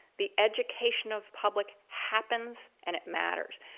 the education of public happens and it matters.